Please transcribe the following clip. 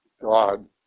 God